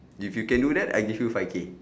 if you can do that I give you five K